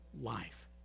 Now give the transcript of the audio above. life